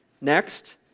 Next